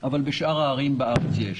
אבל בשאר הערים בארץ יש.